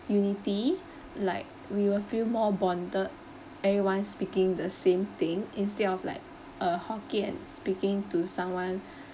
unity like we will feel more bonded everyone speaking the same thing instead of like a hokkien speaking to someone